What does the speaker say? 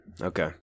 Okay